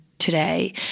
today